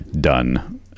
done